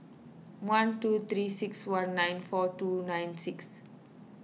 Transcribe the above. one two three six one nine four two nine six